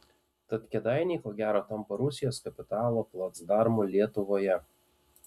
tad kėdainiai ko gero tampa rusijos kapitalo placdarmu lietuvoje